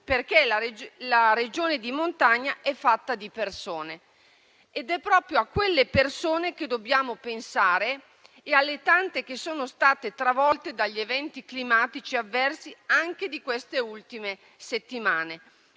perché la regione di montagna è fatta di persone. È proprio a quelle persone che dobbiamo pensare, come alle tante che sono state travolte dagli eventi climatici avversi anche di queste ultime settimane.